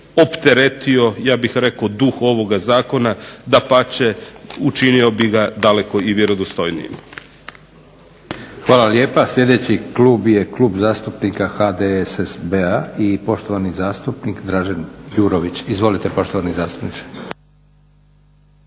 opteretio ja bih rekao duh ovoga zakona. Dapače, učinio bi ga daleko i vjerodostojnijim. **Leko, Josip (SDP)** Hvala lijepa. Sljedeći klub je klub HDSSB-a i poštovani zastupnik Dražen Đurović. Izvolite poštovani zastupniče.